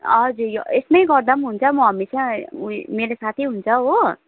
हजुर यो यसमै गर्दा पनि हुन्छ म हमेसा उ मेरो साथै हुन्छ हो